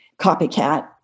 Copycat